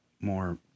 more—